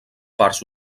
parts